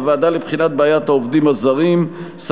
הוועדה לבחינת בעיית העובדים הזרים, א.